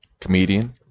comedian